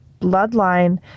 bloodline